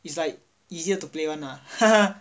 is like easier to play one lah